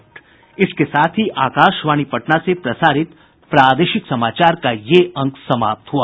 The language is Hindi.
इसके साथ ही आकाशवाणी पटना से प्रसारित प्रादेशिक समाचार का ये अंक समाप्त हुआ